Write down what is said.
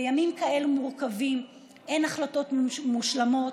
בימים כאלו מורכבים אין החלטות מושלמות,